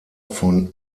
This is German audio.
von